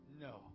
No